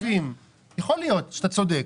יכול להיות שאתה צודק.